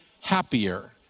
happier